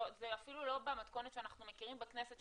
זה אפילו לא במתכונת שאנחנו מכירים בכנסת,